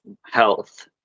health